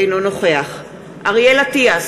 אינו נוכח אריאל אטיאס,